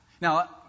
Now